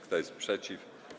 Kto jest przeciw?